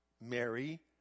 Mary